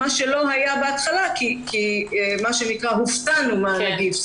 מה שלא היה בהתחלה כי הופתענו מהנגיף,